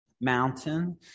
Mountain